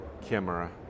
camera